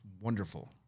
wonderful